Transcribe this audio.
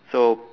so